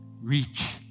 reach